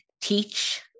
teach